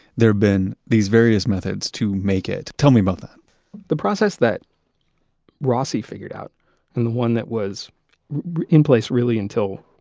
there have been these various methods to make it. tell me about that the process that rossi figured out and the one that was in place really until